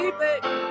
baby